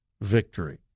victory